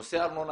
בנושא הארנונה,